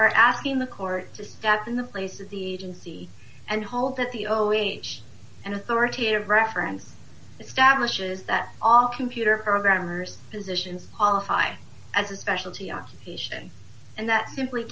are asking the court to say that in the place of the agency and hope that the o age and authoritative reference establishes that all computer programmers positions all high as a specialty occupation and that simply